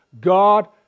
God